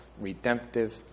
redemptive